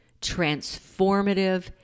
transformative